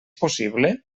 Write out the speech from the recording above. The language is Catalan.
possible